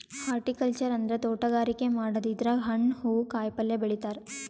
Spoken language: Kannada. ಹಾರ್ಟಿಕಲ್ಚರ್ ಅಂದ್ರ ತೋಟಗಾರಿಕೆ ಮಾಡದು ಇದ್ರಾಗ್ ಹಣ್ಣ್ ಹೂವಾ ಕಾಯಿಪಲ್ಯ ಬೆಳಿತಾರ್